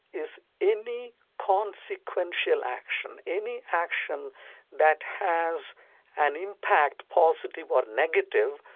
is any consequential action, any action that has an impact, positive or negative,